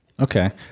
Okay